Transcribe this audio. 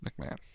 McMahon